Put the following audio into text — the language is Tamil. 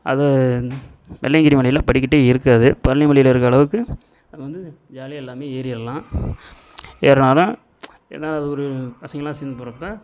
அது வெள்ளியங்கிரி மலையில் படிக்கட்டே இருக்காது பழனி மலையில் இருக்க அளவுக்கு அது வந்து ஜாலியாக எல்லாம் ஏறிடலாம் ஏறுனா தான் ஏன்னா அது ஒரு பசங்கெல்லாம் சேர்ந்து போகிறப்ப